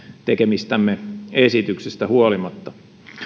tekemistämme esityksistä huolimatta